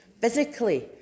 physically